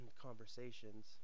conversations